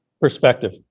Perspective